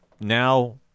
now